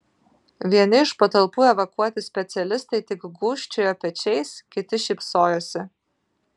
vieni iš patalpų evakuoti specialistai tik gūžčiojo pečiais kiti šypsojosi